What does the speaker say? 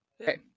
Okay